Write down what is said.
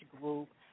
group